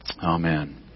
Amen